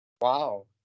Wow